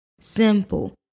Simple